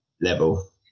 level